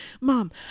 mom